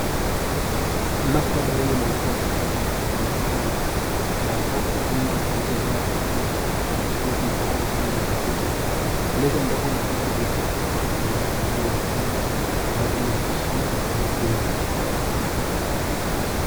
Maktaba yenye mwangaza mkali inaonekana, na rafu nyingi zilizojaa vitabu zikiwa zimepangwa kando ya kuta. Meza ndogo na viti vya plastiki vimewekwa ndani ya chumba kwa ajili ya kusoma na kujifunza.